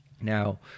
now